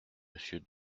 monsieur